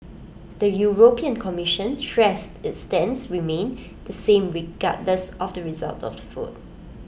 the european commission stressed its stance remained the same regardless of the result of the vote